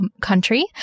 country